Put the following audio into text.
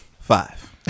five